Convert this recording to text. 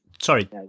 sorry